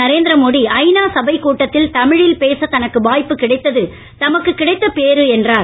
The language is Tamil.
நரேந்திர மோடிஇ ஐநா சபைக் கூட்டத்தில்இ தமிழில் பேச தனக்கு வாய்ப்புக் கிடைத்ததுஇ தமக்கு கிடைத்த பேறு என்றார்